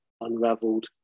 unraveled